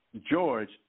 George